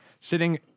sitting